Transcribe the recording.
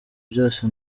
byose